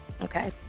Okay